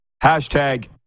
Hashtag